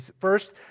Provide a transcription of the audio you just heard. First